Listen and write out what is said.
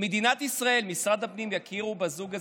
ומדינת ישראל ומשרד הפנים יכירו בזוג הזה,